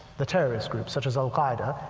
the terrorist groups, such as al-qaeda,